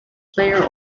player